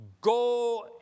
go